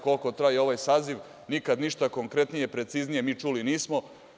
Koliko traje ovaj saziv, nikad ništa konkretnije ni preciznije mi čuli nismo.